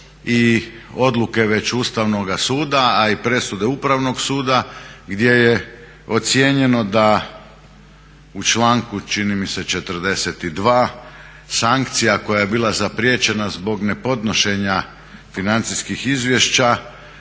i odluke već Ustavnog suda, a i presude Upravnog suda gdje je ocijenjeno da u članku čini mi se 42. sankcija koja je bila zapriječena zbog nepodnošenja financijskih izvješća